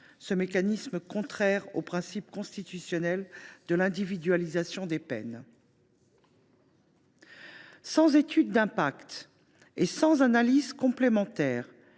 ce mécanisme contraire au principe constitutionnel de l’individualisation des peines. Sans étude d’impact et sans analyse complémentaire,